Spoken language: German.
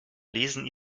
lesen